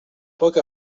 poc